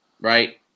right